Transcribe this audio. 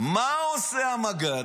מה עושה המג"ד?